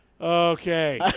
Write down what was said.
Okay